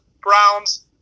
Browns